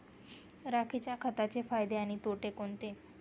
राखेच्या खताचे फायदे आणि तोटे कोणते?